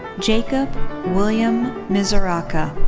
jacob william misuraca.